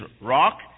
rock